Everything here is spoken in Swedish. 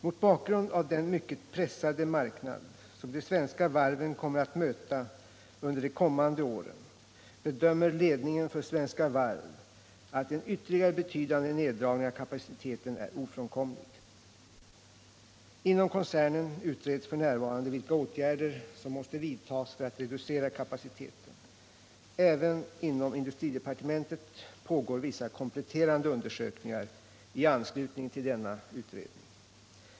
Mot bakgrund av den mycket pressade marknad som de svenska varven kommer att möta under de kommande åren bedömer ledningen för Svenska Varv att en ytterligare betydande neddragning av kapaciteten är ofrånkomlig. Inom koncernen utreds f. n. vilka åtgärder som måste vidtagas för att reducera kapaciteten. Även inom industridepartementet pågår vissa kompletterande undersökningar i anslutning till denna utredning.